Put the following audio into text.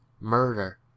murder